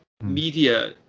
media